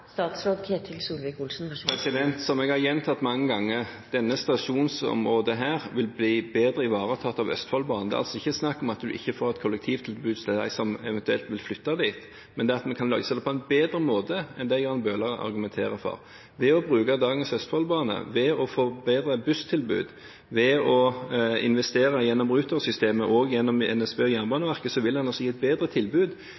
Som jeg har gjentatt mange ganger, vil dette stasjonsområdet bli bedre ivaretatt av Østfoldbanen. Det er altså ikke snakk om ikke å få kollektivtilbud til dem som eventuelt vil flytte hit, men at vi kan løse det på en bedre måte enn det Jan Bøhler argumenterer for. Ved å bruke dagens Østfold-bane, få bedre busstilbud, investere gjennom Ruter-systemet og gjennom NSB og Jernbaneverket vil man altså gi et bedre tilbud